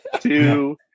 two